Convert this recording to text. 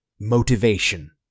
Motivation